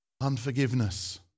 unforgiveness